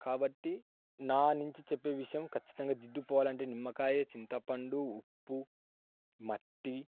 కాబట్టి నా నుంచి చెప్పే విషయం ఖచ్చితంగా జిడ్డు పోవాలంటే నిమ్మకాయ చింతపండు ఉప్పు మట్టి